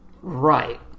Right